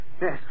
Yes